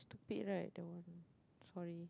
stupid right that one sorry